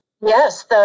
Yes